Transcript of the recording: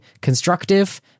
constructive